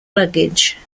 luggage